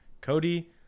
cody